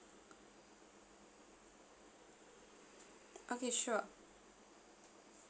okay sure